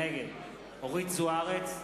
נגד אורית זוארץ,